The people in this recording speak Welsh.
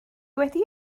wedi